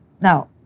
Now